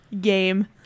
game